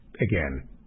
Again